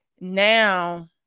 now